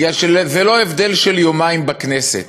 בגלל שזה לא הבדל של יומיים בכנסת,